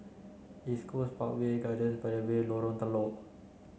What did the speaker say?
East Coast Parkway Gardens by the Bay Lorong Telok